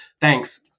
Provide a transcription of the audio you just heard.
thanks